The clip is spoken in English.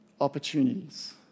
opportunities